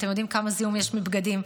אתם יודעים כמה זיהום יש מבגדים,